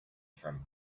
from